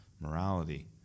morality